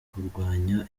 kurwanya